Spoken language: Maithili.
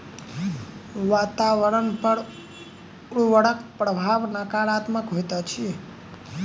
वातावरण पर उर्वरकक प्रभाव नाकारात्मक होइत अछि